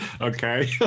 Okay